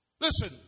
Listen